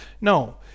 No